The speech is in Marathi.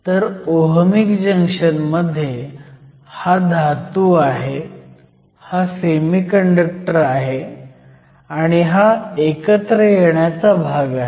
तर ओहमीक जंक्शन मध्ये हा धातू आहे हा सेमीकंडक्टर आहे आणि हा एकत्र येण्याचा भाग आहे